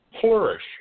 flourish